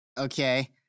Okay